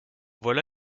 voilà